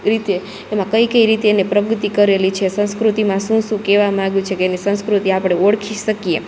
રીતે એમાં કઈ કઈ રીતે એને પ્રગતિ કરેલી છે સંસ્કૃતિમાં શું શું કેવામાં આવ્યું છે કે એની સંસ્કૃતિ આપડે ઓળખી શકીએ